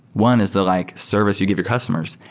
one is the like service you give your customers,